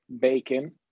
bacon